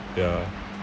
ya